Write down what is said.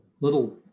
little